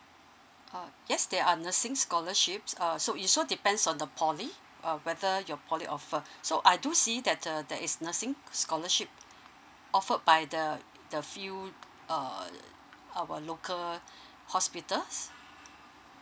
uh yes there are nursing scholarships err so is so depends on the poly uh whether your poly offer so I do see that uh that is nursing scholarship offered by the the few uh our local hospitals